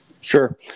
Sure